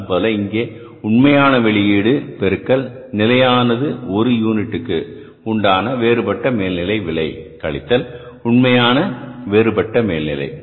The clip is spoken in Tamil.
அதுபோல இங்கு உண்மையான வெளியீடு பெருக்கல் நிலையான ஒரு யூனிட்டுக்கு உண்டான வேறுபட்ட மேல்நிலை விலை கழித்தல் உண்மையான வேறுபட்ட மேல்நிலை